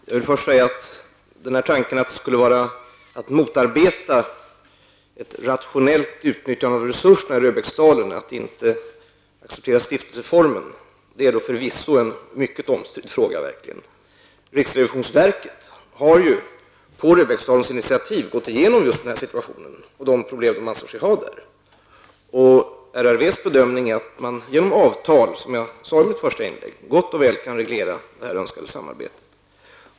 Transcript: Fru talman! Tanken att motarbeta ett rationellt utnyttjande av resurserna i Röbäcksdalen och att inte respektera stiftelseformen är en förvisso mycket omstridd fråga. Riksrevisionsverket har på Röbäcksdalens initiativ gått igenom situationen och de problem man anser sig ha där. RRVs bedömning är att man genom avtal, som jag sade i mitt första inlägg, gott och väl kan reglera det önskade samarbetet.